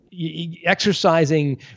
exercising